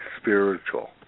spiritual